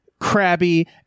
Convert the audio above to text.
crabby